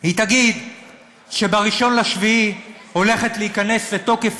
היא תגיד שב-1 ביולי הולכת להיכנס לתוקף